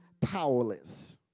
powerless